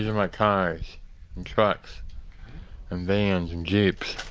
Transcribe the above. yeah my cars and trucks and vans and jeeps.